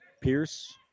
Pierce